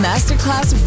Masterclass